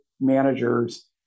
managers